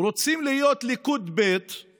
רוצים להיות ליכוד ב', אז